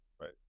Right